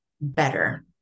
better